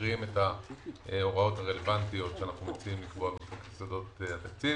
נקריא את ההוראות הרלוונטיות שאנחנו מציעים לקבוע בחוק יסודות התקציב.